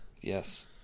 Yes